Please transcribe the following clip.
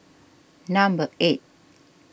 number eight